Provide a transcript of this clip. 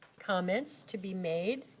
comments to be made.